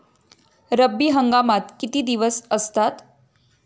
रब्बी हंगामात किती दिवस असतात?